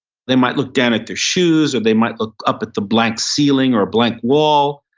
they might look down at their shoes or they might look up at the blank ceiling or a blink wall.